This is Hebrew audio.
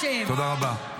תודה רבה.